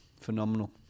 phenomenal